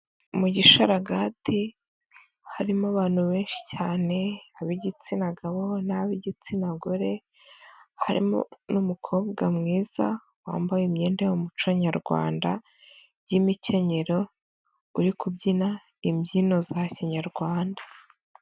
Mu gisharagati harimo abantu benshi cyane ab'igitsina gabo n'ab'igitsina gore, harimo n'umukobwa mwiza wambaye imyenda yo mu muco nyarwanda y'imikenyero uri kubyina imbyino za Kinyarwanda.